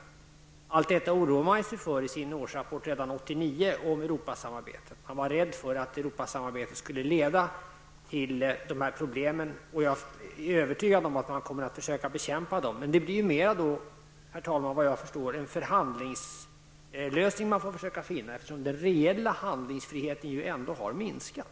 Allt detta oroade man sig för i årsrapporten 1989 om Europasamarbetet. Man var rädd för att Europasamarbetet skulle leda till dessa problem. Jag är övertygad om att man kommer att försöka bekämpa dem. Men såvitt jag förstår, herr talman, får man försöka finna en förhandlingslösning, eftersom den reella handlingsfriheten ändå har minskat.